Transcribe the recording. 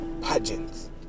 pageants